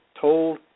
told